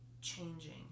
changing